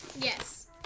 Yes